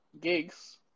Gigs